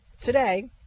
today